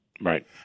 right